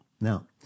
Now